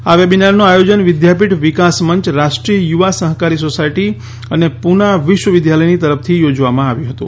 આ વેબીનારનો આયોજન વિદ્યાપીઠ વિકાસ મંચ રાષ્ટ્રીય યુવા સહકારી સોસાયટી અને પુના વિશ્વ વિદ્યાલયની તરફથી યોજવામાં આવ્યું હતું